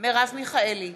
מרב מיכאלי,